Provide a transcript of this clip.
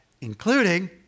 including